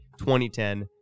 2010